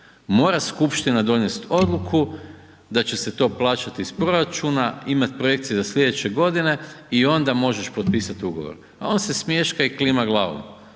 mora skupština donijeti odluku da će se to plaćati iz proračuna, imati projekcije za slijedeće godine i onda možeš potpisati ugovor, a on se smješka i klima glavom.